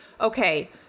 okay